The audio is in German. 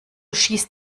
schießt